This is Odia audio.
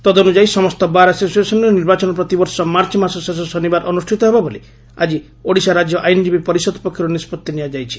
ତଦନୁଯାୟୀ ସମସ୍ତ ବାର ଆସୋସିଏସନ୍ରେ ନିର୍ବାଚନ ପ୍ରତିବର୍ଷ ମାର୍ଚ ମାସ ଶେଷ ଶନିବାର ଅନୁଷିତ ହେବ ବୋଳି ଆଜି ଓଡ଼ିଶା ରାଜ୍ୟ ଆଇନଜୀବୀ ପରିଷଦ ପକ୍ଷରୁ ନିଷ୍ବଭି ନିଆଯାଇଛି